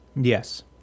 Yes